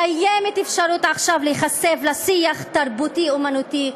קיימת אפשרות עכשיו שייחשף שיח תרבותי-אמנותי,